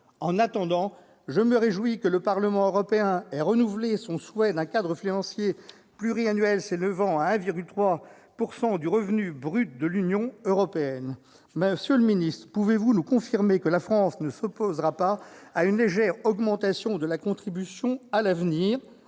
En attendant, je me réjouis que le Parlement européen se soit, de nouveau, exprimé en faveur d'un cadre financier pluriannuel s'élevant à 1,3 % du revenu brut de l'Union européenne. Madame la ministre, pouvez-vous nous confirmer que la France ne s'opposera pas à une légère augmentation de sa contribution à l'avenir ?